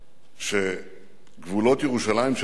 שגבולות ירושלים של היום,